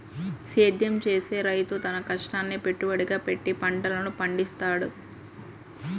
సేద్యం చేసే రైతు తన కష్టాన్నే పెట్టుబడిగా పెట్టి పంటలను పండిత్తాడు